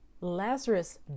Lazarus